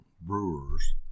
brewers